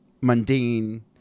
mundane